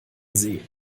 see